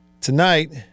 tonight